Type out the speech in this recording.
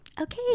Okay